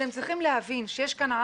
אתם צריכים להבין שיש כאן עם,